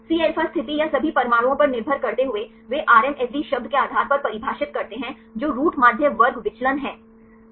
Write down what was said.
Cα स्थिति या सभी परमाणुओं पर निर्भर करते हुए वे RMSD शब्द के आधार पर परिभाषित करते हैं जो रूट माध्य वर्ग विचलन है